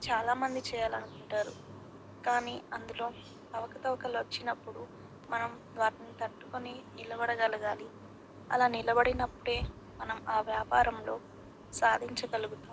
చాలామంది చేయాలనుకుంటారు కానీ అందులో అవకతవకలు వచ్చినప్పుడు మనం వాటిని తట్టుకొని నిలవడగలగాలి అలా నిలబడినప్పుడే మనం ఆ వ్యాపారంలో సాధించగలుగుతాం